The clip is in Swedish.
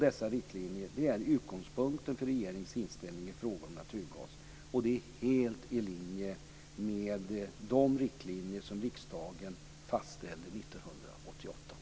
Dessa riktlinjer är utgångspunkten för regeringens inställning i frågor om naturgas. Det är helt i linje med de riktlinjer som riksdagen fastställde 1988.